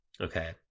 Okay